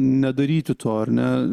nedaryti to ar ne